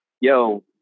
yo